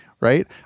right